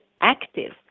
active